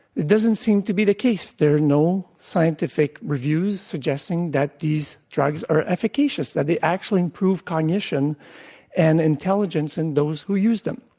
it doesn't seem to be the case. there is no scientific reviews suggesting that these drugs are efficacious, that they actually improve cognition and intelligence in those who use them.